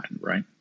right